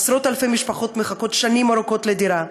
עשרות-אלפי משפחות מחכות שנים ארוכות לדירה,